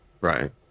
Right